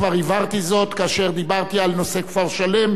כבר הבהרתי זאת כאשר דיברתי על נושא כפר-שלם,